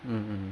mmhmm